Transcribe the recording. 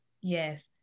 Yes